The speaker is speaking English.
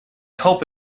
hope